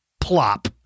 plop